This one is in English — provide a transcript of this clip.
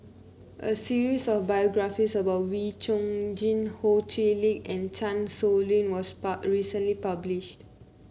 a series of biographies about Wee Chong Jin Ho Chee Lick and Chan Sow Lin was pub recently published